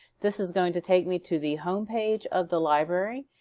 this is going to take me to the home page of the library.